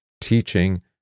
teaching